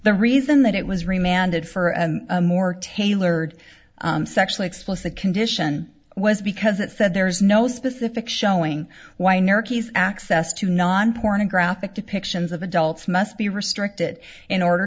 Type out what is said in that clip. the reason that it was remanded for and more tailored sexually explicit condition was because it said there is no specific showing weiner case access to non pornographic depictions of adults must be restricted in order